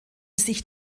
sich